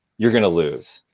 you're going to lose.